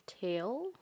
tail